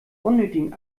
unnötigen